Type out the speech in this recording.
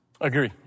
Agree